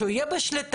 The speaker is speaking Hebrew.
שהוא יהיה בשליטה,